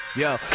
Yo